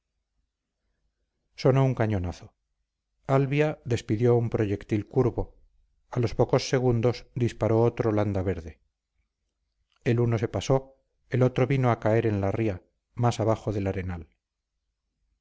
sonó un cañonazo albia despidió un proyectil curvo a los pocos segundos disparó otro landaverde el uno se pasó el otro vino a caer en la ría más abajo del arenal